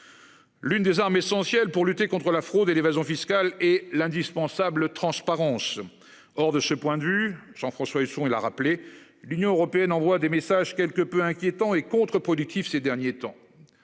L'une des armes essentielles pour lutter contre la fraude et l'évasion fiscale et l'indispensable transparence. Or de ce point de vue Jean-François Husson, il a rappelé l'Union européenne envoie des messages quelque peu inquiétant et contre-productif ces derniers temps.